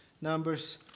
Numbers